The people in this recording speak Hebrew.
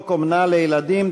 הצעת חוק אומנה לילדים,